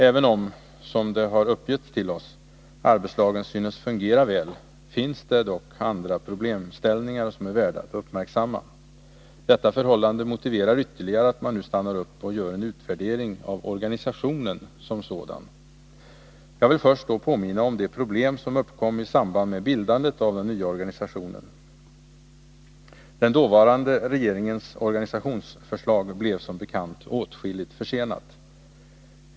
Även om — som det har uppgetts till oss — arbetslagen synes fungera väl, finns det andra problemställningar som är värda att uppmärksamma. Detta förhållande motiverar ytterligare att man nu stannar upp och gör en utvärdering av organisationen som sådan. Jag vill först påminna om de problem som uppkom i samband med bildandet av den nya organisationen. Den dåvarande regeringens organisationsförslag blev som bekant åtskilligt försenat.